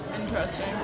Interesting